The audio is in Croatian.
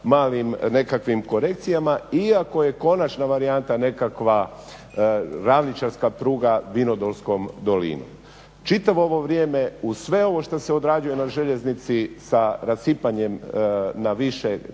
malim nekakvim korekcijama iako je konačna varijanta nekakva ravničarska pruga Vinodolskom dolinom. Čitavo ovo vrijeme uz sve ovo što se odrađuje na željeznici sa rasipanjem na više